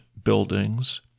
Buildings